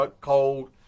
cold